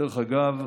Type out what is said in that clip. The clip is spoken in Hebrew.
דרך אגב,